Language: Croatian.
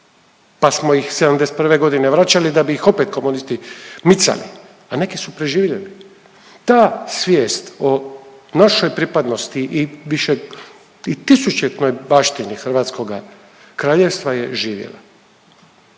pa smo ih '71.g. vraćali da bi ih opet komunisti micali, a neki su preživjeli. Ta svijest o našoj pripadnosti i više i tisućljetnoj baštini Hrvatskoga Kraljevstva je živjela.